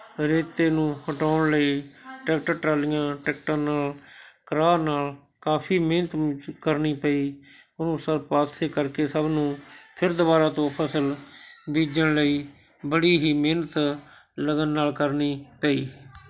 ਰੇਤੇ ਨੂੰ ਹਟਾਉਣ ਲਈ ਟਰੈਕਟਰ ਟਰਾਲੀਆਂ ਟਰੈਕਟਾਂ ਨਾਲ਼ ਕਰਾਹ ਨਾਲ ਕਾਫੀ ਮਿਹਨਤ ਕਰਨੀ ਪਈ ਉਹਨੂੰ ਸਭ ਪਾਸੇ ਕਰਕੇ ਸਭ ਨੂੰ ਫਿਰ ਦੁਬਾਰਾ ਤੋਂ ਫਸਲ ਬੀਜਣ ਲਈ ਬੜੀ ਹੀ ਮਿਹਨਤ ਲਗਨ ਨਾਲ਼ ਕਰਨੀ ਪਈ